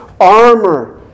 armor